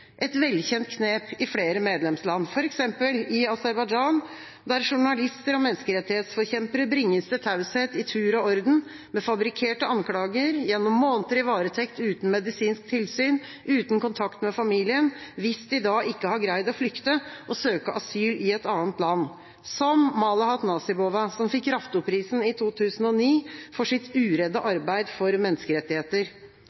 et velkjent knep i flere medlemsland, f.eks. i Aserbajdsjan, der journalister og menneskerettighetsforkjempere bringes til taushet i tur og orden, med fabrikkerte anklager, gjennom måneder i varetekt uten medisinsk tilsyn, uten kontakt med familien, hvis de da ikke har greid å flykte og søke asyl i et annet land, slik som Malahat Nasibova, som fikk Raftoprisen i 2009 for sitt uredde arbeid for menneskerettigheter.